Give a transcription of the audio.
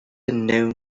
unknown